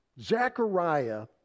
Zechariah